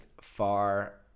far